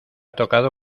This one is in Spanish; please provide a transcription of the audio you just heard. tocado